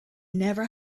never